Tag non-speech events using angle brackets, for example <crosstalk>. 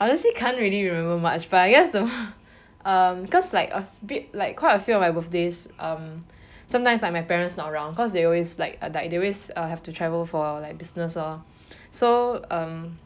I honestly can't really remember much but I guess the <laughs> um cause like a bit like quite a few of my birthdays um sometimes like my parents not around cause they always like they always uh have to travel for like business lor so um